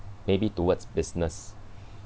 maybe towards business